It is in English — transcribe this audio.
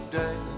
day